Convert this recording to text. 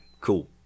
Cool